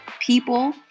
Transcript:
people